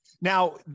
Now